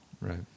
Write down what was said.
Right